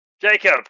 Jacob